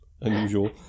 Unusual